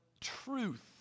truth